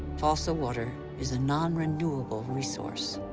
fossil water is a non-renewable resource.